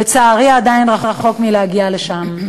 לצערי עדיין רחוק מלהגיע לשם.